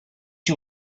you